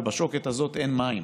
ובשוקת הזו אין מים.